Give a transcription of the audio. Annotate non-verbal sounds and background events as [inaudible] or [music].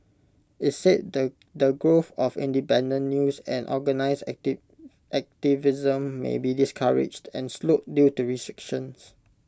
IT said that the the growth of independent news and organised [unintelligible] activism may be discouraged and slowed due to restrictions